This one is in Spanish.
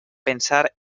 pensar